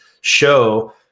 show